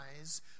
eyes